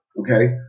okay